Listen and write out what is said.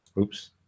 oops